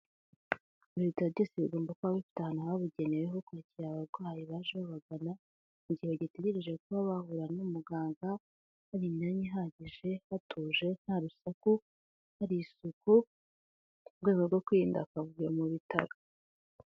Ibitaro byose bigomba kuba bifite ahantu habugenewe ho kwakira abarwayi baje babagana igihe bagitegereje kuba bahura n'umuganga, hari imyanya ihagije, hatuje, nta rusaku, hari isuku mu rwego rwo kwirinda akavuyo mu bitaro.